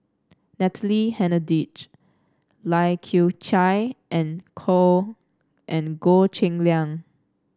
Natalie Hennedige Lai Kew Chai and and Goh Cheng Liang